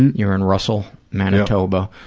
you're in russell, manitoba.